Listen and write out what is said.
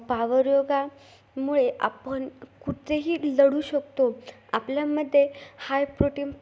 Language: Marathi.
पावर योगा मुळे आपण कुठेही लढू शकतो आपल्यामध्ये हाय प्रोटीन